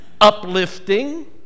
uplifting